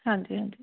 ਹਾਂਜੀ ਹਾਂਜੀ